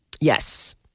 Yes